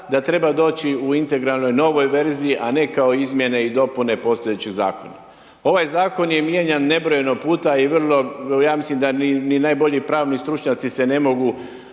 da treba doći u integralnoj novoj verziji, a ne kao izmjene i dopune postojećeg Zakona. Ovaj Zakon je mijenjan nebrojeno puta i vrlo, ja mislim da ni najbolji pravni stručnjaci se ne mogu